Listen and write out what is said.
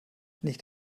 nicht